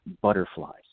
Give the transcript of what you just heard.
butterflies